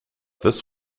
this